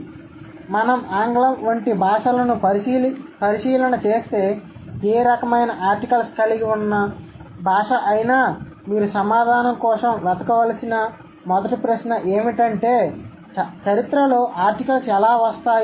కాబట్టి మనం ఆంగ్లం వంటి భాషలను పరిశీలన చేస్తే ఏ రకమైన ఆర్టికల్స్ కలిగి ఉన్న భాష అయినా మీరు సమాధానం కోసం వెతకవలసిన మొదటి ప్రశ్న ఏమిటంటే చరిత్రలో ఆర్టికల్స్ ఎలా వస్తాయి